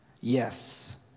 Yes